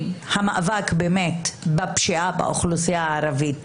אם המאבק בפשיעה באוכלוסייה הערבית